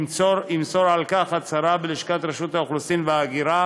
ימסור הצהרה על כך בלשכת רשות האוכלוסין וההגירה,